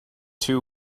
two